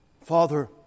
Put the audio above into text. Father